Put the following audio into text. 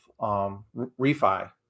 refi